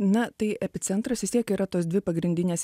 na tai epicentras vis tiek yra tos dvi pagrindinės